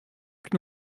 que